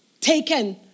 taken